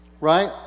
right